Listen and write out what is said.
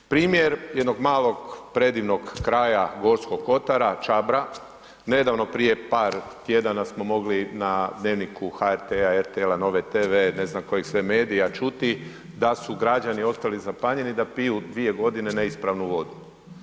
Primjer jednog malog predivnog kraja Gorskog kotara, Čabra, nedavno prije par tjedana smo mogli na Dnevniku HRT-a, RTL-a, Nove TV, ne znam kojeg sve medija, čuti da su građani ostali zapanjeni da piju 2 godine neispravnu vodu.